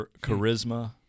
charisma